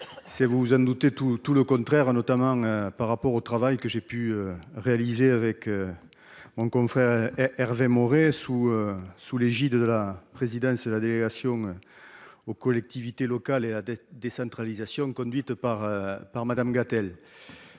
vous vous en doutez tout tout le contraire a notamment par rapport au travail que j'ai pu réaliser avec. Mon confrère Hervé Maurey sous sous l'égide de la présidence de la délégation. Aux collectivités locales et la décentralisation, conduite par par Madame Gatel.